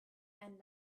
and